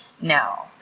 no